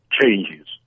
changes